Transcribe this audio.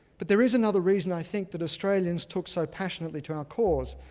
but there is another reason, i think that australians took so passionately to our cause.